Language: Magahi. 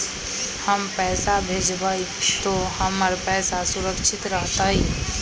हम पैसा भेजबई तो हमर पैसा सुरक्षित रहतई?